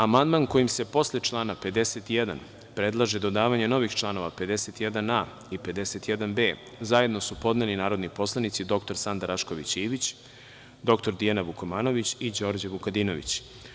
Amandman kojim se posle člana 51. predlaže dodavanje novih članova 51a i 51b zajedno su podneli narodni poslanici dr Sanda Rašković Ivić, dr Dijana Vukomanović i Đorđe Vukadinović.